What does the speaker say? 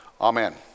Amen